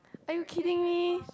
are you kidding me